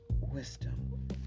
wisdom